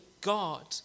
God